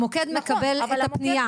המוקד מקבל את הפנייה.